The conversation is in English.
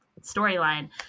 storyline